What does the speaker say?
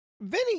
Vinny